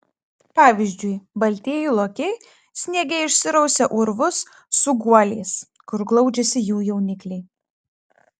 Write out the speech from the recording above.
pavyzdžiui baltieji lokiai sniege išsirausia urvus su guoliais kur glaudžiasi jų jaunikliai